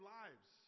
lives